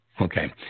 okay